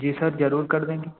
जी sir जरूर कर देंगे